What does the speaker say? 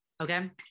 Okay